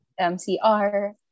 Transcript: MCR